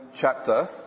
chapter